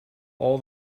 all